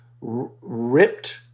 ripped